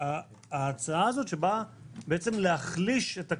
ההצעה הזאת שבאה "להחליש את הכנסת",